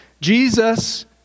Jesus